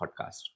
Podcast